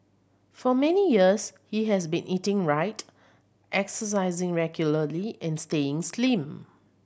for many years he has been eating right exercising regularly and staying slim